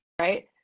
right